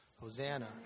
Hosanna